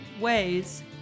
ways